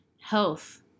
health